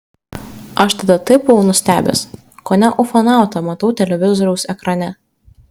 aš tada taip buvau nustebęs kone ufonautą matau televizoriaus ekrane